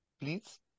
Please